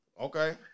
Okay